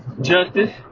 justice